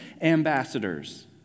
ambassadors